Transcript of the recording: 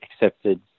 accepted